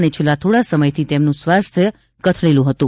અને છેલ્લા થોડાં સમયથી તેમનું સ્વાસ્થ્ય કથળેલું હતું